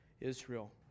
Israel